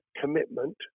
commitment